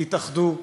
תתאחדו,